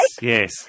yes